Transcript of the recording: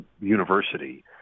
university